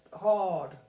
hard